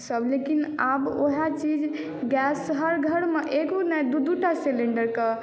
सभ लेकिन आब उएह चीज गैस हर घरमे एगो नहि दू दू टा सिलिंडरके